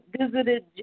visited